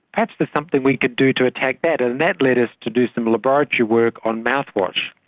perhaps there's something we could do to attack that. and that led us to do some laboratory work on mouthwash.